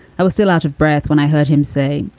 i was still out of breath when i heard him say,